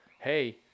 hey